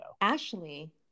Ashley